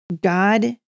God